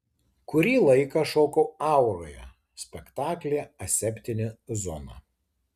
kurį laiką šokau auroje spektaklyje aseptinė zona